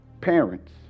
parents